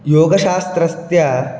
योगशास्त्रस्य